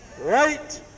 right